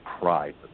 pride